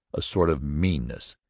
a sort of meanness,